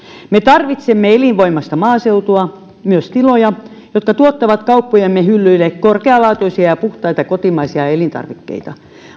me tarvitsemme elinvoimaista maaseutua myös tiloja jotka tuottavat kauppojemme hyllyille korkealaatuisia ja ja puhtaita kotimaisia elintarvikkeita